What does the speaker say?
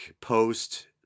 post